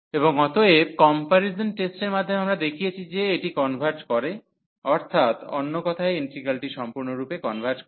এবং অতএব কম্পারিজন টেস্টের মাধ্যমে আমরা দেখিয়েছি যে এটি কনভার্জ করে অর্থাৎ অন্য কথায় ইন্টিগ্রালটি সম্পূর্ণরূপে কনভার্জ করে